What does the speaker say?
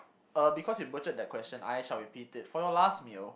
uh because you butchered that question I shall repeat it for your last meal